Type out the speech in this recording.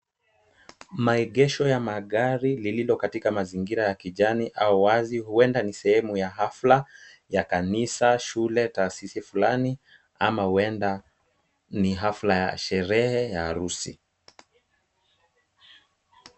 Maegesho ya magari lililo katika mazingira ya kijani au wazi huenda ni sehemu ya hafla ya kanisa ,shule, taasisi fulani ama huenda ni hafla ya sherehe ya harusi.